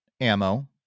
ammo